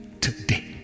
today